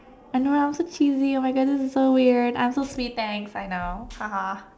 I know right I'm so cheesy oh my God this is so weird I'm so sweet thanks I know